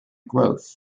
growth